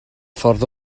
ffordd